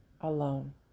alone